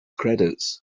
credits